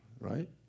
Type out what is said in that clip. right